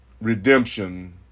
redemption